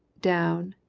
down,